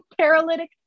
paralytic